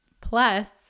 Plus